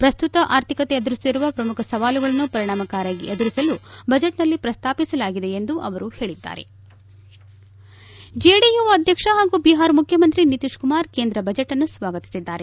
ಪ್ರಸ್ತುತ ಆರ್ಥಿಕತೆ ಎದುರಿಸುತ್ತಿರುವ ಪ್ರಮುಖ ಸವಾಲುಗಳನ್ನು ಪರಿಣಾಮಕಾರಿಯಾಗಿ ಎದುರಿಸಲು ಬಜೆಟ್ನಲ್ಲಿ ಪ್ರಸ್ತಾಪಿಸಲಾಗಿದೆ ಎಂದು ಅವರು ಹೇಳಿದ್ದಾರೆ ಜೆಡಿಯು ಅಧ್ಯಕ್ಷ ಹಾಗೂ ಬಿಹಾರ್ ಮುಖ್ಯಮಂತ್ರಿ ನಿತೀಶ್ ಕುಮಾರ್ ಕೇಂದ್ರ ಬಜೆಟ್ನ್ನು ಸ್ವಾಗತಿಸಿದ್ದಾರೆ